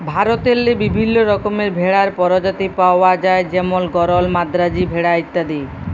ভারতেল্লে বিভিল্ল্য রকমের ভেড়ার পরজাতি পাউয়া যায় যেমল গরল, মাদ্রাজি ভেড়া ইত্যাদি